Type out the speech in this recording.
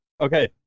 Okay